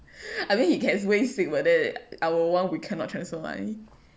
I mean he can 微信 but then our [one] we cannot transfer money